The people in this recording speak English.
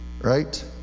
right